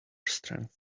strength